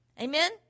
Amen